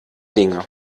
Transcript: dinge